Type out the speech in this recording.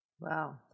Wow